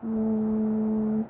ಹ್ಞೂ